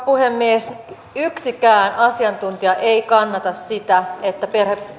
puhemies yksikään asiantuntija ei kannata sitä että